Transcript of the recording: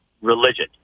religion